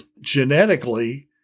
genetically